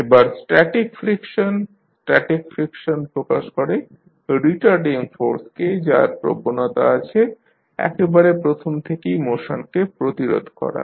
এবার static friction static friction প্রকাশ করে রিটারডিং ফোর্সকে যার প্রবণতা আছে একেবারে প্রথম থেকেই মোশনকে প্রতিরোধ করার